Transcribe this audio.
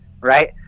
right